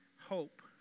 hope